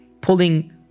pulling